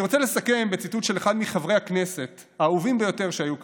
אני רוצה לסכם בציטוט של אחד מחברי הכנסת האהובים ביותר שהיו כאן,